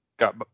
got